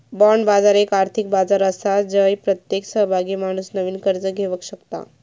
bond बाजार एक आर्थिक बाजार आसा जय प्रत्येक सहभागी माणूस नवीन कर्ज घेवक शकता